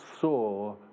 saw